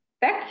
back